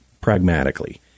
pragmatically